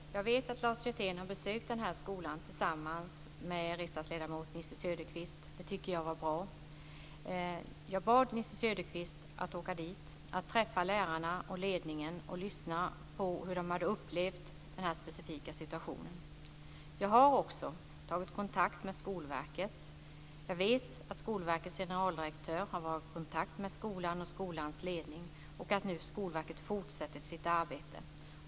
Fru talman! Jag vet att Lars Hjertén har besökt skolan tillsammans med riksdagsledamot Nisse Söderqvist. Det tycker jag var bra. Jag bad Nisse Söderqvist att åka dit, träffa lärarna och ledningen och lyssna på hur de hade upplevt den specifika situationen. Jag har också tagit kontakt med Skolverket. Jag vet att Skolverkets generaldirektör har varit i kontakt med skolans ledning och att Skolverket nu fortsätter sitt arbete.